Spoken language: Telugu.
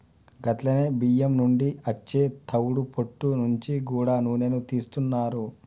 గట్లనే బియ్యం నుండి అచ్చే తవుడు పొట్టు నుంచి గూడా నూనెను తీస్తున్నారు